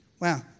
Wow